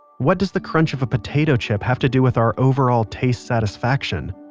what does the crunch of a potato chip have to do with our overall taste satisfaction?